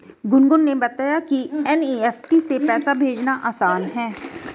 गुनगुन ने बताया कि एन.ई.एफ़.टी से पैसा भेजना आसान है